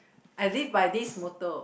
I live by this moto